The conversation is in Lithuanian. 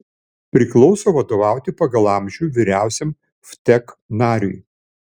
priklauso vadovauti pagal amžių vyriausiam vtek nariui